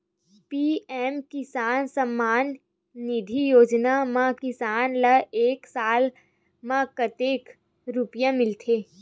PM Kisan Samman Nidhi Yojana म किसान ल एक साल म कतेक रुपिया मिलथे?